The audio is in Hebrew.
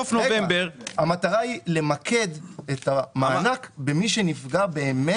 המטרה היא למקד את המענק במי שנפגע באמת.